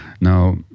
Now